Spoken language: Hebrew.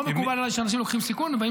לא מקובל עליי שאנשים לוקחים סיכון ובאים